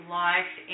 life